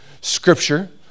scripture